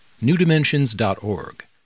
newdimensions.org